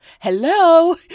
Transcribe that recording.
Hello